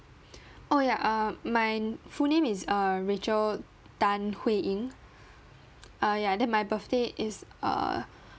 oh ya uh my full name is uh rachel tan hui ying ah ya then my birthday is err